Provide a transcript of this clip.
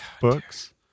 books